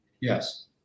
Yes